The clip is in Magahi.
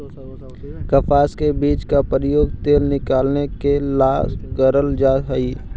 कपास के बीज का प्रयोग तेल निकालने के ला करल जा हई